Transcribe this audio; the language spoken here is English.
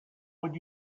would